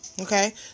okay